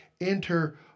enter